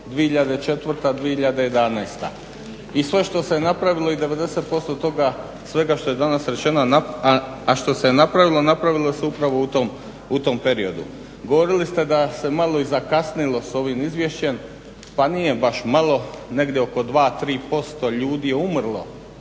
2004.- 2011. i sve što se napravilo i 90% toga svega što je danas rečeno, a što se je napravilo, napravilo se upravo u tom periodu. Govorili ste da se malo i zakasnilo s ovim izvješćem, pa nije baš malo, negdje oko 2, 3% ljudi je umrlo